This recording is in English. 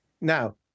Now